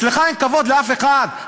אצלך אין כבוד לאף אחד.